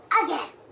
again